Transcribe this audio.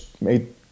made